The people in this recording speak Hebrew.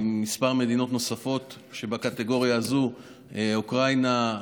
כמה מדינות נוספות שבקטגוריה הזו הן אוקראינה,